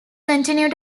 continue